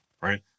Right